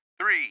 three